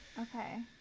Okay